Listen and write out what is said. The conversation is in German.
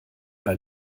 bei